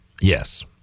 Yes